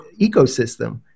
ecosystem